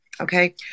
okay